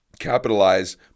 Capitalize